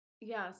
Yes